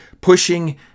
pushing